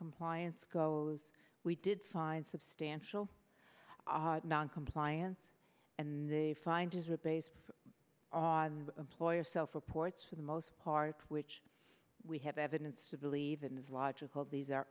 compliance goes we did find substantial noncompliance and the find is are based on employer self reports for the most part which we have evidence to believe it is logical these are